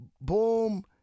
boom